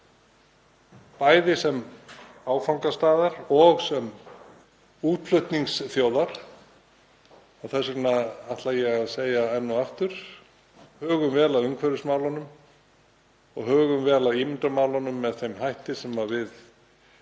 bæði sem áfangastaðar og sem útflutningsþjóðar. Þess vegna ætla ég enn og aftur að segja: Hugum vel að umhverfismálunum og hugum vel að ímyndarmálunum með þeim hætti sem við